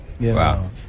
Wow